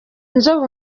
inzobe